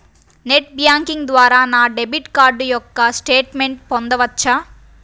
Net banking ద్వారా నా debit card యొక్క స్టేట్మెంట్ పొందవచ్చా?